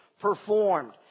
performed